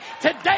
today